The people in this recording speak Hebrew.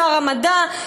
שר המדע,